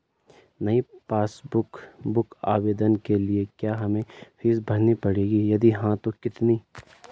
नयी passbook book आवेदन के लिए क्या हमें फीस भरनी पड़ेगी यदि हाँ तो कितनी?